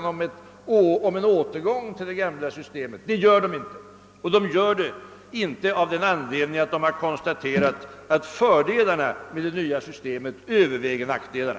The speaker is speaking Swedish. Men den brittiska labourregeringen gör inte det, eftersom man konstaterat att fördelarna med det nya systemet överväger nackdelarna.